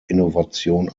innovation